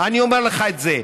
אני אומר לך את זה.